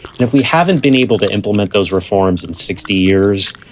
and if we haven't been able to implement those reforms in sixty years,